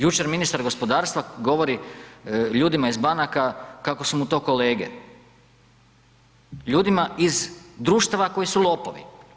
Jučer ministar gospodarstva govori ljudima iz banaka kako su mu to kolege, ljudima iz društava koji su lopovi.